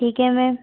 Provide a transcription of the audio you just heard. ठीक है मेम